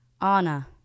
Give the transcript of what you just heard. Anna